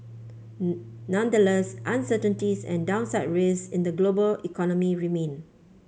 nonetheless uncertainties and downside risks in the global economy remain